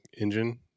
engine